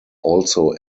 also